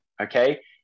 okay